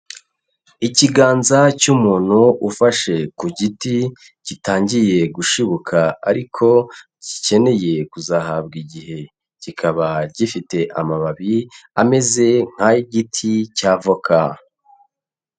Ikiganza cy'umuntu ufashe ku giti gitangiye gushibuka, ariko gikeneye kuzahabwa igihe kikaba gifite amababi ameze nk'ay'igiti cya voka.